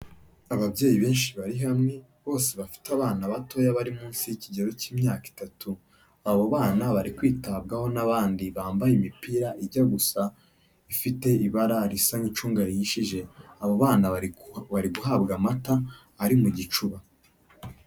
Ababyeyi benshi bari hamwe bose bafite abana batoya bari munsi y'ikigero cy'imyaka itatu. Abo bana bari kwitabwaho n'abandi bambaye imipira ijya gusa ifite ibara risa nk'icunga rihishije. Abo bana bari guhabwa amata ari mu gicuba.